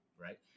right